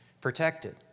protected